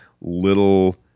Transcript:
little